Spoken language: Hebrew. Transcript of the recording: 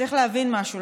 צריך להבין משהו.